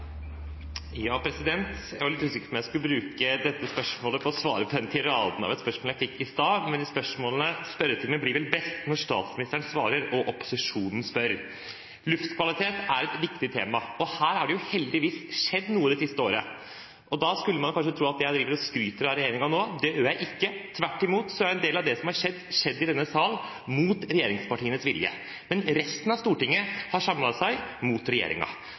Jeg var litt usikker på om jeg skulle bruke dette spørsmålet på å svare på den tiraden av spørsmål jeg fikk i stad. Men spørsmålene i spørretimen blir vel best når statsministeren svarer og opposisjonen spør. Luftkvalitet er et viktig tema, og her har det heldigvis skjedd noe det siste året. Da skulle man kanskje tro at jeg driver og skryter av regjeringen nå. Det gjør jeg ikke. Tvert imot, en del av det som har skjedd, har skjedd i denne sal mot regjeringspartienes vilje – resten av Stortinget har samlet seg mot